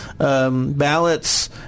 Ballots